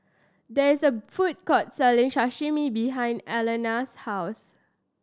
there is a food court selling Sashimi behind Alana's house